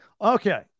Okay